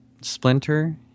Splinter